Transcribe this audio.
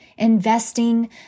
investing